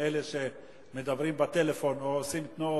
אלה שמדברים בטלפון או עושים תנועות.